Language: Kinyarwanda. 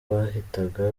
bahitaga